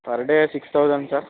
per day six thousand sir